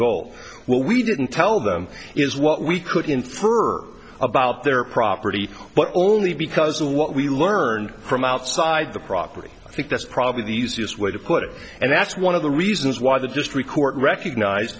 gold well we didn't tell them is what we could infer about their property but only because of what we learned from outside the property i think that's probably the easiest way to put it and that's one of the reasons why the just record recognize